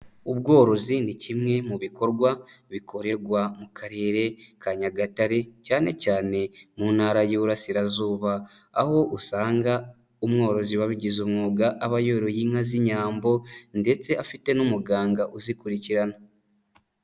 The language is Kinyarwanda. Ubworozi ni kimwe mu bikorwa bikorerwa mu Karere ka Nyagatare cyane cyane mu Ntara y'Iburasirazuba, aho usanga umworozi wabigize umwuga aba yoroye inka z'Inyambo ndetse afite n'umuganga uzikurikirana.